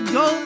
go